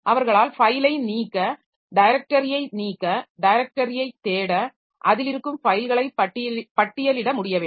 அவர்களால் ஃபைலை நீக்க டைரக்டரியை நீக்க டைரக்டரியை தேட அதில் இருக்கும் ஃபைல்களை பட்டியலிட முடிய வேண்டும்